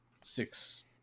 six